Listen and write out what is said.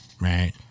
Right